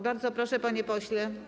Bardzo proszę, panie pośle.